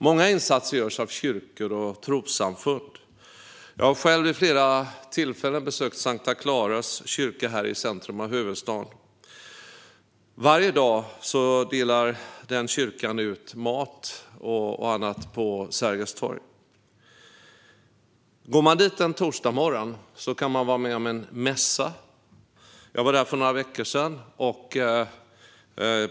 Många insatser görs av kyrkor och trossamfund. Jag har själv vid flera tillfällen besökt S:ta Clara kyrka här i centrum av huvudstaden. Varje dag delar den kyrkan ut mat och annat på Sergels torg. Går man dit en torsdagsmorgon kan man vara med om en mässa. Jag var där för några veckor sedan.